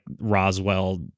Roswell